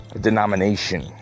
Denomination